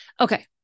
Okay